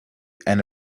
and